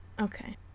okay